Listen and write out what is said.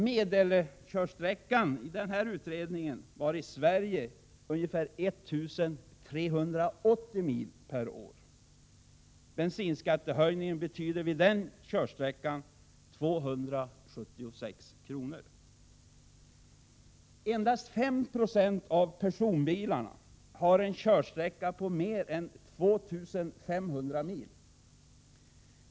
Medelkörsträckan i Sverige är enligt den nämnda utredningen ca 1 380 mil per år. Bensinskattehöjningen betyder vid den körsträckan 276 kr. per år. Endast 5 96 av personbilarna har en körsträcka på mer än 2 500 mil.